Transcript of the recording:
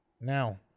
Now